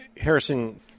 Harrison